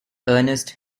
ernest